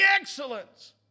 excellence